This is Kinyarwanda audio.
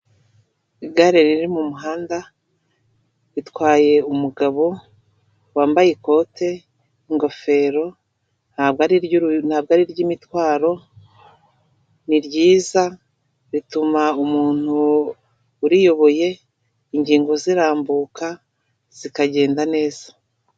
Igare riri mu muhanda ritwaye umugabo wambaye ikote ingofero ntabwo ntabwo ari iry'imitwaro ni ryiza rituma umuntu uriyoboye, ingingo zirambuka zikagenda neza.